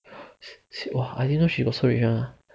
!wah! I didn't know she got so rich [one] ah